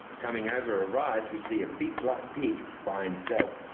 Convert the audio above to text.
coming over a rise, we see a big black pig by himself.